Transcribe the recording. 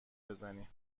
بزنی